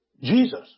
Jesus